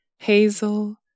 Hazel